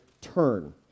turn